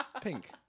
Pink